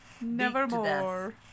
Nevermore